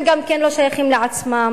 הם גם לא שייכים לעצמם.